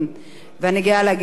ואני גאה להגיד לכם: